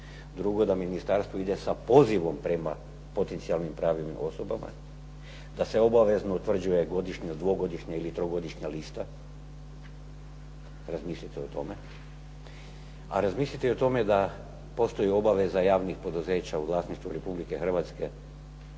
drugo da Ministarstvo ide sa pozivom prema potencijalnim pravnim osobama, da se obavezno utvrđuje godišnja, dvogodišnja ili trogodišnja lista, razmišljajte o tome, a razmislite o tome da postoji obaveza pravnih poduzeća u vlasništvu Republike Hrvatske